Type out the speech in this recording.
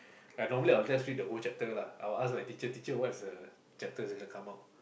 ya normally I will just read the whole chapter lah I will ask my teacher teacher what is the chapter that will come out